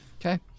Okay